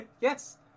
Yes